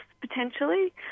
potentially